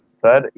Sir